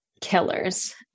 killers